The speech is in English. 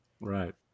Right